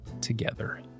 together